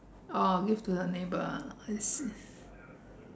oh give to the neighbour ah I see